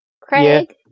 Craig